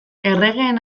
erregeen